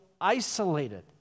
Isolated